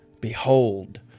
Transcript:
behold